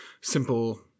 simple